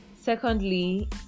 Secondly